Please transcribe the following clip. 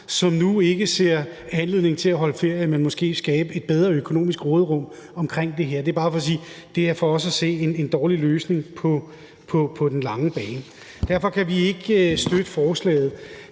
som nu ikke ser anledning til at holde ferie, men hellere vil skabe et bedre økonomisk råderum. Det er bare for at sige, at det for os at se er en dårlig løsning på den lange bane. Derfor kan vi ikke støtte forslaget.